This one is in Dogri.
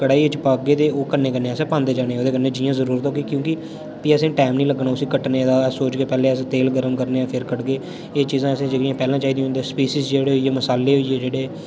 कड़ाइयै च पागे ते ओह् कन्नै कन्नै असें पांदे जाना उदे कन्नै जि'यां असें जरूरत होगी क्योंकि फ्ही असें टाइम नी लग्गना उसी कट्टने दा सोचगे पैह्ले अस तेल गरम करनेआं फिर कट्टगे एह् चीज़ां असें जेह्ड़ियां पैह्लें चाहिदियां होन्दियां स्पीसीज़ जेह्ड़े होई गे मसाले होई गे जेह्ड़े